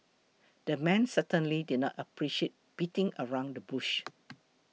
the man certainly did not appreciate beating around the bush